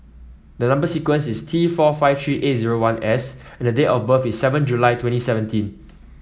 the number sequence is T four five three eight zero one S and date of birth is seven July twenty seventeen